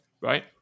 right